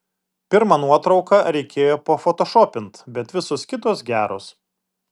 pirmą nuotrauką reikėjo pafotošopint bet visos kitos geros